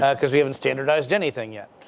ah because we haven't standardized anything. yeah